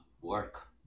work